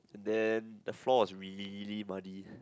and then the floor was really muddy